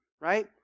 right